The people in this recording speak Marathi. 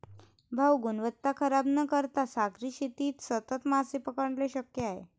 भाऊ, गुणवत्ता खराब न करता सागरी शेतीत सतत मासे पकडणे शक्य आहे